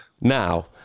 now